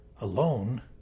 alone